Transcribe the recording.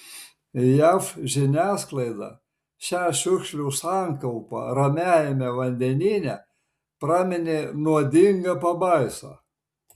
jav žiniasklaida šią šiukšlių sankaupą ramiajame vandenyne praminė nuodinga pabaisa